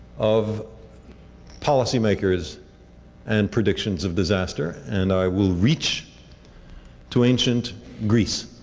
of policy makers and predictions of disasters and i will reach to ancient greece.